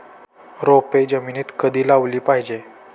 रोपे जमिनीत कधी लावली पाहिजे?